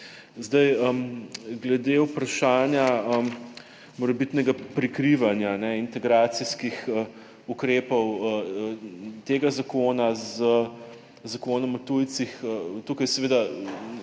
dela. Glede vprašanja morebitnega prekrivanja integracijskih ukrepov tega zakona z Zakonom o tujcih. Tu seveda